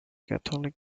catholic